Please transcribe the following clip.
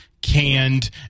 Canned